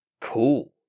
cool